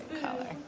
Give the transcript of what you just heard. color